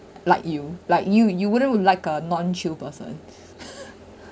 like you like you you wouldn't would like a non-chill person